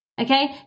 Okay